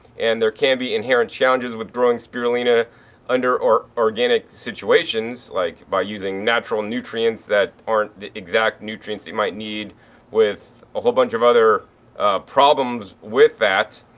and there can be inherent challenges with growing spirulina under organic situations like by using natural nutrients that aren't the exact nutrients you might need with a whole bunch of other problems with that.